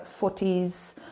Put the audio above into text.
40s